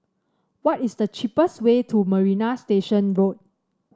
what is the cheapest way to Marina Station Road